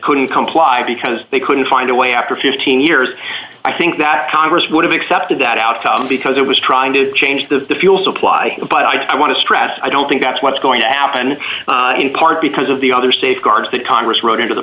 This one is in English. couldn't comply because they couldn't find a way after fifteen years i think that congress would have accepted that outcome because it was trying to change the fuel supply but i want to stress i don't think that's what's going to happen in part because of the other safeguards that congress wrote into the